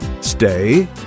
Stay